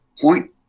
point